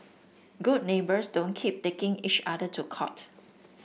good neighbours don't keep taking each other to court